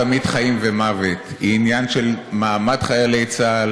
את חיילי צה"ל,